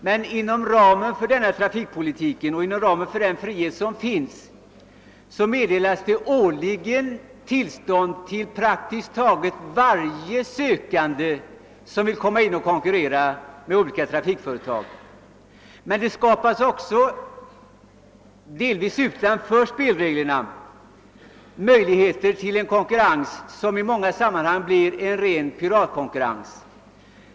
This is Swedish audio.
Men inom ramen för den frihet som den nvarande trafikpolitiken medger meddelar man årligen tillstånd till praktiskt taget alla sökande som med olika trafikföretag vill börja konkurrera. Men det skapas också, delvis utan hänsyn till spelreglerna, möjligheter till konkurrens som i många smmanhang utvecklas till en ren piratkonkurrens.